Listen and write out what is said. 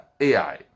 Ai